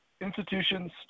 institutions